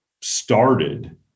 started